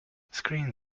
screen